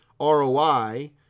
ROI